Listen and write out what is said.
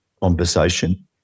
conversation